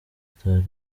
that